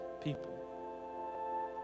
people